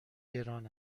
گران